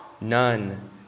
None